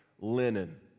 linen